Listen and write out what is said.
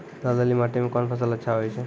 दलदली माटी म कोन फसल अच्छा होय छै?